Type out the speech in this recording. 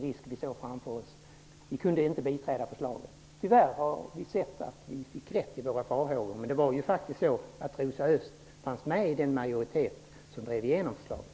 Vi kunde därför inte biträda förslaget. Tyvärr har vi sett att vi fick rätt i våra farhågor. Rosa Östh var faktiskt med i den majoritet som drev igenom förslaget.